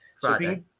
Friday